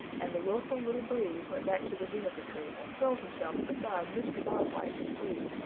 and the willful little breeze went back to the juniper tree and curled himself beside mr. bob white to sleep,